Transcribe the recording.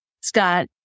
Scott